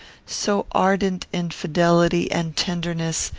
so ardent in fidelity and tenderness,